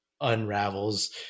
unravels